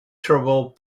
trouble